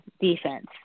defense